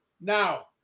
Now